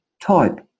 type